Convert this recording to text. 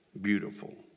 beautiful